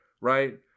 right